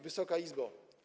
Wysoka Izbo!